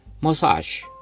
Massage